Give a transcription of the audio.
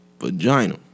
vagina